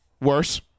Worse